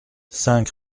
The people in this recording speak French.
cinq